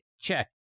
check